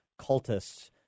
cultists